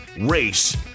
race